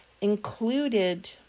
included